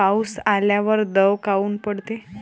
पाऊस आल्यावर दव काऊन पडते?